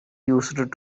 used